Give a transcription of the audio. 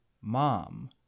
Mom